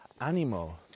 animal